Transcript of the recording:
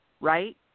right